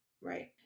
right